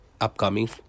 upcoming